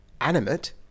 animate